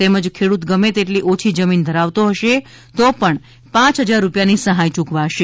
તેમજ ખેડૂત ગમે તેટલી ઓછી જમીન ધરાવતો હશે તો પણ પાંચ હજાર રૂપિયાની સહાય ચૂકવાશે